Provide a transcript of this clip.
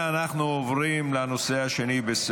אנחנו עוברים לנושא השני על